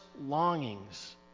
longings